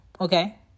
Okay